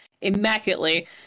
immaculately